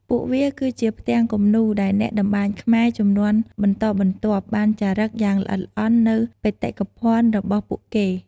ពួកវាគឺជាផ្ទាំងគំនូរដែលអ្នកតម្បាញខ្មែរជំនាន់បន្តបន្ទាប់ បានចារឹកយ៉ាងល្អិតល្អន់នូវបេតិកភណ្ឌរបស់ពួកគេ។